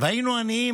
היינו עניים,